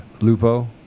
Lupo